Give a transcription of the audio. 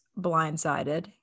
blindsided